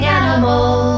animals